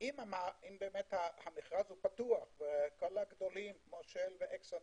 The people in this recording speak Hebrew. אם המכרז הוא פתוח, וכל הגדולים מגישים,